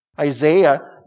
Isaiah